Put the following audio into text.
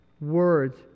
words